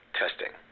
testing